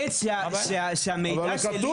אני מתנגד שהמידע שלי --- אבל כתוב,